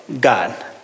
God